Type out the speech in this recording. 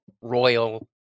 royal